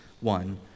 one